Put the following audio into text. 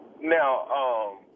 Now